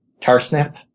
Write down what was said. Tarsnap